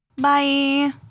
Bye